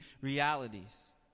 realities